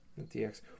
dx